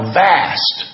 vast